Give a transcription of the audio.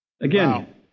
Again